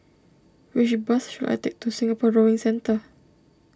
which bus should I take to Singapore Rowing Centre